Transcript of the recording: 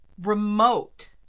remote